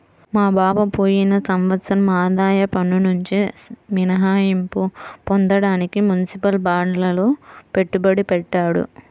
మా బావ పోయిన సంవత్సరం ఆదాయ పన్నునుంచి మినహాయింపు పొందడానికి మునిసిపల్ బాండ్లల్లో పెట్టుబడి పెట్టాడు